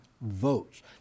votes